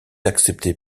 accepté